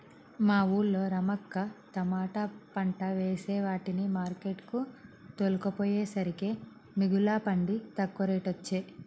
మా వూళ్ళో రమక్క తమాట పంట వేసే వాటిని మార్కెట్ కు తోల్కపోయేసరికే మిగుల పండి తక్కువ రేటొచ్చె